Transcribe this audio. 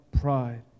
pride